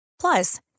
Plus